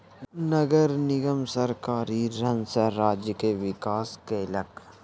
नगर निगम सरकारी ऋण सॅ राज्य के विकास केलक